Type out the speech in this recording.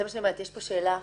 יש פה שאלה אחרת.